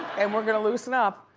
and we're gonna loosen up.